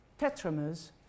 tetramers